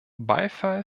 beifall